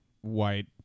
white